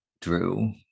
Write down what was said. Drew